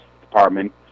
Department